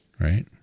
Right